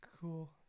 cool